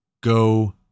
go